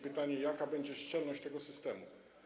Pytanie: Jaka będzie szczelność tego systemu?